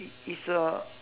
it's a